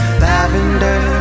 lavender